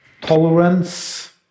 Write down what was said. tolerance